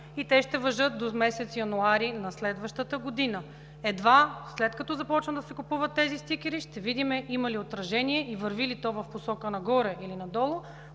и те ще важат до месец януари на следващата година. Едва след като започнат да се купуват тези стикери, ще видим има ли отражение и върви ли то в посока нагоре или надолу